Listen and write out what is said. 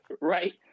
Right